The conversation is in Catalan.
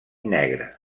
negre